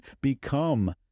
become